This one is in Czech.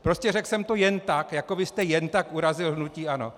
Prostě řekl jsem to jen tak, jako vy jste jen tak urazil hnutí ANO.